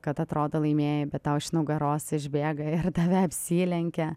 kad atrodo laimėjai bet tau iš nugaros išbėga ir tave apsilenkia